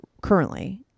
currently